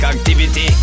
Activity